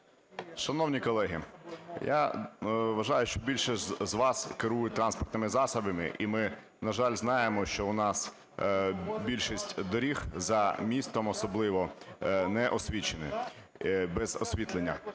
Шановні колеги, я вважаю, що більшість з вас керує транспортними засобами. І ми, на жаль, знаємо, що у нас більшість доріг, за містом особливо, не освічені, без освітлення.